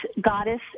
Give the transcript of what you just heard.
Goddess